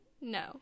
No